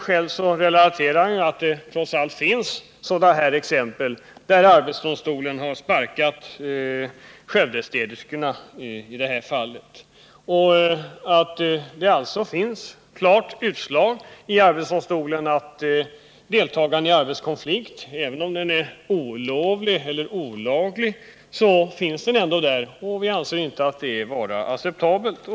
Själv relaterar han ju att det trots allt finns sådana exempel — som det fall då arbetsdomstolen sparkade Skövdestäderskorna. Det finns alltså ett klart utslag i arbetsdomstolen om deltagande i arbetskonflikt. Även om konflikten är olovlig eller olaglig, så finns den ändå där, och vi anser att vad som hänt i dessa fall inte är acceptabelt.